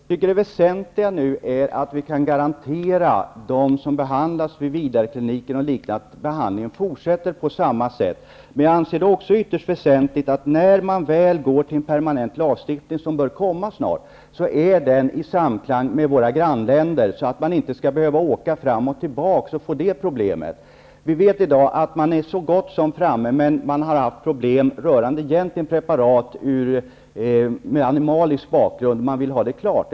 Herr talman! Det väsentliga är nu att vi kan garantera de som behandlas vid t.ex. Vidarkliniken att behandlingen fortsätter på samma sätt. Men när man väl får en permanent lagstiftning, vilket vi bör få snart, är det väsentligt att den är i samklang med lagen i våra grannländer, så att man inte skall behöva åka fram och tillbaka. Vi vet i dag att man är så gott som klar med lagstiftningsarbetet, men att man har fått problem rörande preparat med animalisk bakgrund. Man vill ha detta klart.